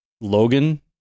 Logan